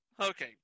Okay